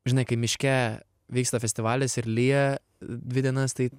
žinai kai miške vyksta festivalis ir lyja dvi dienas tai